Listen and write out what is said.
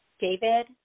David